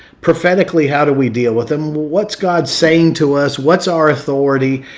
prophetically how do we deal with them? what's god's saying to us? what's our authority?